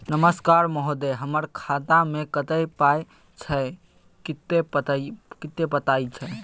नमस्कार महोदय, हमर खाता मे कत्ते पाई छै किन्ने बताऊ त?